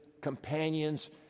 companions